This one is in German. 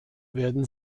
werden